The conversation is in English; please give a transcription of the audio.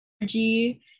energy